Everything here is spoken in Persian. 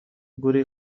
گروه